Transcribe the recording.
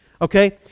okay